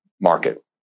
market